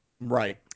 Right